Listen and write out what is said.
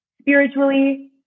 spiritually